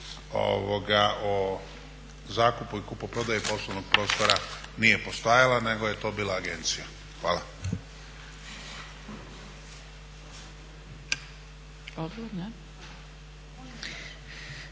o zakupu i kupoprodaji poslovnog prostora nije postojala, nego je to bila agencija. Hvala.